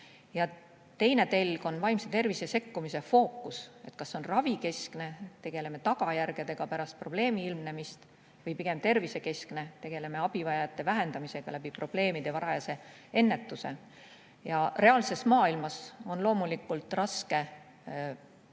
Teine telg on vaimse tervise sekkumise fookus: kas see on ravikeskne, tegeleme tagajärgedega pärast probleemi ilmnemist, või pigem tervisekeskne, tegeleme abivajajate vähendamisega probleemide varajase ennetuse abil. Reaalses maailmas on loomulikult raske ette